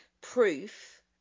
proof